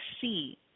see